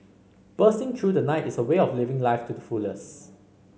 bursting through the night is a way of living life to the fullest